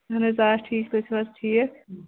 اہَن حظ آ ٹھیٖک تُہۍ چھِو حظ ٹھیٖک